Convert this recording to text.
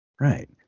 right